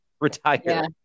retire